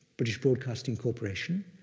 british broadcasting corporation,